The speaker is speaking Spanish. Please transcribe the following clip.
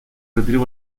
retiro